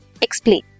Explain